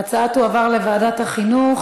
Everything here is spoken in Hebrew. ההצעה תועבר לוועדת החינוך.